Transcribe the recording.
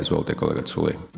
Izvolite kolega Culej.